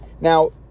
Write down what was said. Now